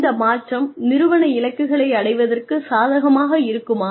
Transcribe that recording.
இந்த மாற்றம் நிறுவன இலக்குகளை அடைவதற்கு சாதகமாக இருக்குமா